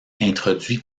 introduit